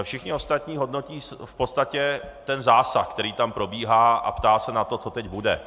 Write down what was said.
Všichni ostatní hodnotí v podstatě ten zásah, který tam probíhá, a ptají se na to, co teď bude.